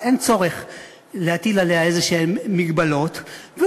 אז אין צורך להטיל עליה מגבלות כלשהן,